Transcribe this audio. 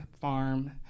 farm